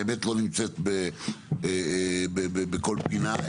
האמת לא נמצאת בכל פינה,